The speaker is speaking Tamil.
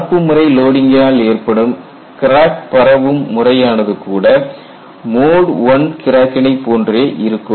கலப்பு முறை லோடிங்கினால் ஏற்படும் கிராக் பரவும் முறை ஆனது கூட மோட் I கிராக்கினை போன்றே இருக்கும்